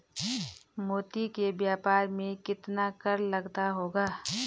मोती के व्यापार में कितना कर लगता होगा?